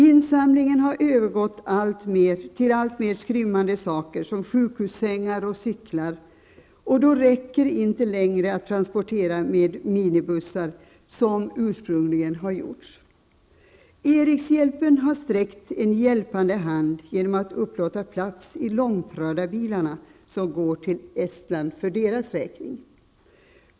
Insamlingarna har övergått till alltmer skrymmande saker som sjukhussängar och cyklar, och då räcker det inte längre att transportera med minibussar. Erikshjälpen har sträckt en hjälpande hand genom att upplåta plats i långtradarbilarna som går till Estland för deras räkning.